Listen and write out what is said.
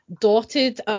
dotted